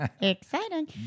Exciting